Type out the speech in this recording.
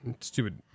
Stupid